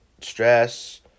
stress